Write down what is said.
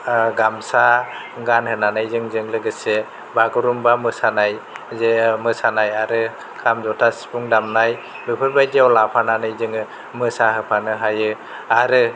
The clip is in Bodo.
गामसा गानहोनानै जोंजों लोगोसे बागुरुम्बा मोसानाय जे मोसानाय आरो खाम जथा सिफुं दामनाय बेफोरबायदिआव लाफानानै जोङो मोसाहोफानो हायो आरो